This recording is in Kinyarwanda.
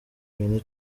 queen